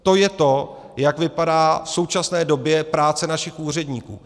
To je to, jak vypadá v současné době práce našich úředníků.